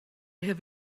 have